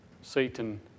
Satan